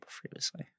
previously